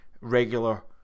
regular